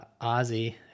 Ozzy